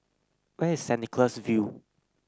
where is Centy Cholas View